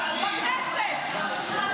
בכנסת.